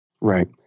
Right